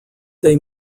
they